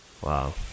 Wow